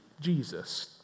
Jesus